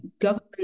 government